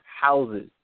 houses